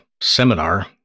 seminar